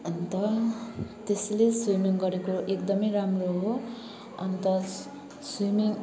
अन्त त्यसले स्विमिङ गरेको एकदमै राम्रो हो अन्त स्वि स्विमिङ